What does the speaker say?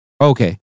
Okay